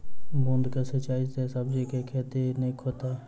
बूंद कऽ सिंचाई सँ सब्जी केँ के खेती नीक हेतइ?